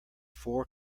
four